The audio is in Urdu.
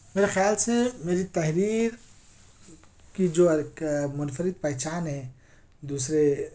میرے خیال سے میری تحریر کی جو ایک منفرد پہچان ہے دوسرے